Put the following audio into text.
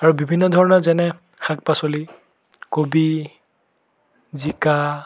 আৰু বিভিন্ন ধৰণৰ যেনে শাক পাচলি কবি জিকা